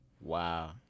wow